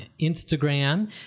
Instagram